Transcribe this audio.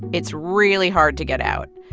it's really hard to get out.